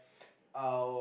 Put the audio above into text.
uh